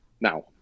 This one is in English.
Now